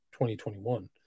2021